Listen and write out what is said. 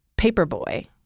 Paperboy